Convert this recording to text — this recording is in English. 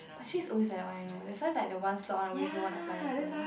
but actually it's always like that one you know that's why the one slot one always no one apply also